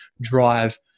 drive